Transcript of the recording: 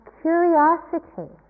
curiosity